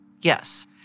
yes